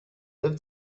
live